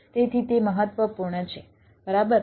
તેથી તે મહત્વપૂર્ણ છે બરાબર